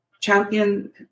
champion